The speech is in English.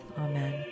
Amen